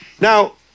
Now